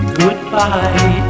goodbye